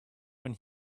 when